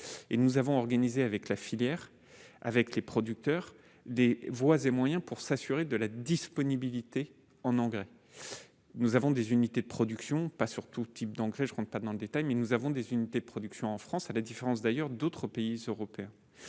nous avons organisé avec la filière avec les producteurs des voies et moyens pour s'assurer de la disponibilité en engrais, nous avons des unités de production, pas sur tout type d'ancrer je ne rentre pas dans le détail, mais nous avons des unités de production en France, à la différence d'ailleurs d'autres pays européens,